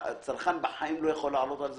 הצרכן בחיים לא יכול לעלות על זה,